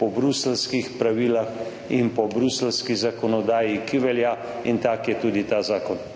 po bruseljskih pravilih in po bruseljski zakonodaji, ki velja in tak je tudi ta zakon.